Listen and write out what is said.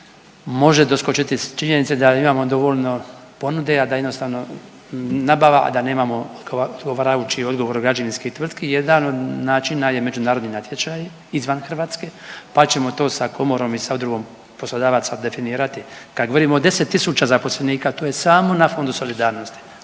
može doskočiti s činjenice da imamo dovoljno ponude, a da jednostavno nabava, a da nemamo odgovarajući odgovor od građevinskih tvrtki, jedan od načina je međunarodni natječaj izvan Hrvatske pa ćemo to sa Komorom i sa udrugom poslodavaca definirati, kad govorimo o 10 tisuća zaposlenika, to je samo na Fondu solidarnosti